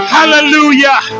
Hallelujah